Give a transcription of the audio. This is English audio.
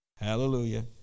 Hallelujah